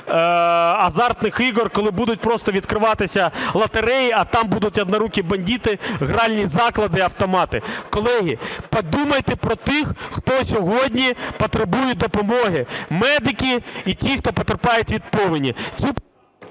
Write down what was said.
азартних ігор, коли будуть просто відкриватися лотереї, а там будуть "однорукі бандити", гральні заклади, автомати. Колеги, подумайте про тих, хто сьогодні потребує допомоги: медики і ті, хто потерпають від повені...